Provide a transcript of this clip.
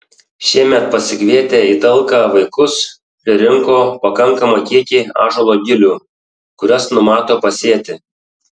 šiemet pasikvietę į talką vaikus pririnko pakankamą kiekį ąžuolo gilių kurias numato pasėti